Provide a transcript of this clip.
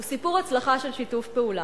הוא סיפור הצלחה של שיתוף פעולה.